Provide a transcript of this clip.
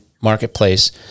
marketplace